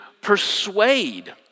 persuade